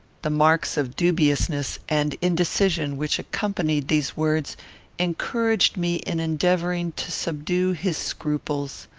the marks of dubiousness and indecision which accompanied these words encouraged me in endeavouring to subdue his scruples.